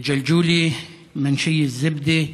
בג'לג'וליה, במנשייה זביידה,